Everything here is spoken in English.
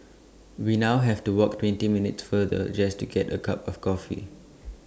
we now have to walk twenty minutes farther just to get A cup of coffee